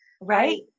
Right